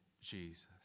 Jesus